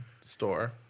store